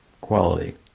quality